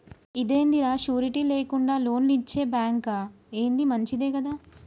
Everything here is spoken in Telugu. ఇదేందిరా, షూరిటీ లేకుండా లోన్లిచ్చే బాంకా, ఏంది మంచిదే గదా